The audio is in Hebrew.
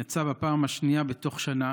יצא בפעם השנייה בתוך שנה